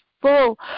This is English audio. full